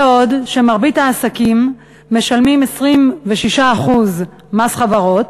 בעוד שמרבית העסקים משלמים 26% מס חברות,